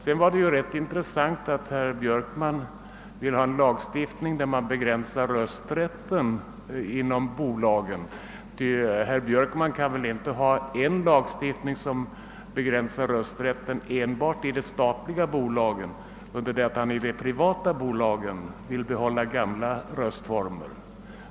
Det var också rätt intressant att höra att herr Björkman vill ha en lagstiftning som innebär en begränsning av rösträtten i bolagen, ty herr Björkman kan väl inte mena, att vi skall ha en lagstiftning som begränsar rösträtten enbart i de statliga bolagen, under det att gamla rösträttsformer skall behållas i de privata.